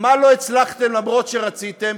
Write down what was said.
מה לא הצלחתם למרות שרציתם,